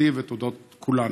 תודתי ותודות כולנו.